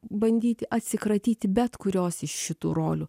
bandyti atsikratyti bet kurios iš šitų rolių